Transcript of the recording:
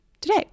today